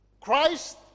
Christ